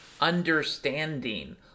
understanding